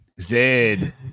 Zed